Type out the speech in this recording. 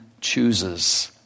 chooses